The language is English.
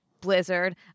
Blizzard